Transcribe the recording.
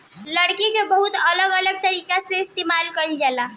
लकड़ी के बहुत अलग अलग तरह से इस्तेमाल कईल जाला